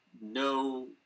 no